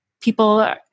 people